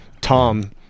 tom